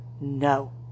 No